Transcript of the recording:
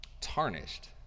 tarnished